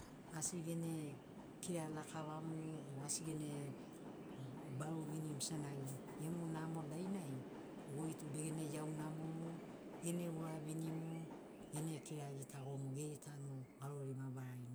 Asi gene kira lakavamu o asi gene baru vinimu senagi gemu namo dainai goitu begene iau namomu gene uravinimu gene kira gitagomu geri tanu garori mabarari